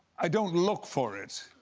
i don't look for it,